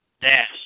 dash